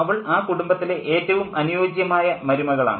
അവൾ ആ കുടുംബത്തിലെ ഏറ്റവും അനുയോജ്യമായ മരുമകളാണ്